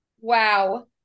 Wow